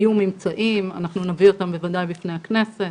יהיו ממצאים, אנחנו נביא אותם בוודאי בפני הכנסת.